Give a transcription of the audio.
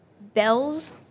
bells